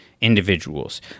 individuals